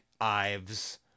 Ives